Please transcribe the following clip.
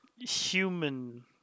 Human